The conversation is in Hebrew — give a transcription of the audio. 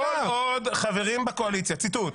ציטוט: